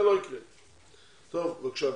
בבקשה.